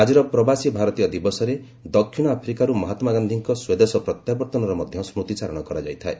ଆଜିର ପ୍ରବାସୀ ଭାରତୀୟ ଦିବସରେ ଦକ୍ଷିଣ ଆଫ୍ରିକାରୁ ମହାତ୍ମାଗାନ୍ଧିଙ୍କ ସ୍ୱଦେଶ ପ୍ରତ୍ୟାବର୍ତ୍ତନର ମଧ୍ୟ ସ୍କୁତିଚାରଣ କରାଯାଇଥାଏ